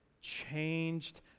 changed